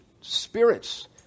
spirits